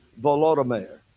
Volodymyr